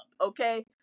okay